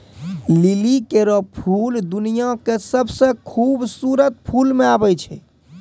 लिली केरो फूल दुनिया क सबसें खूबसूरत फूल म आबै छै